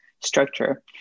structure